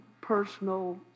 personal